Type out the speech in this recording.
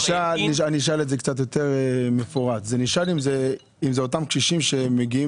אשאל באופן יותר מפורט: האם זה אותם קשישים שמגיעים